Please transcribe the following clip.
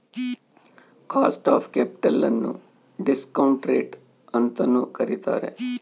cost of capital ನ್ನು discount rate ಅಂತನು ಕರಿತಾರೆ